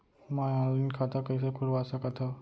मैं ऑनलाइन खाता कइसे खुलवा सकत हव?